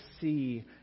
see